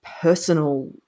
personal